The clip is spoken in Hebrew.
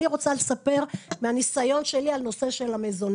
אני רוצה לספר מהניסיון שלי על נושא של המזונות.